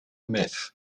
myth